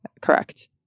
Correct